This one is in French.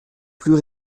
plus